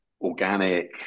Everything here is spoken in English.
organic